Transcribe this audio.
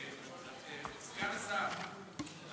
סגן השר,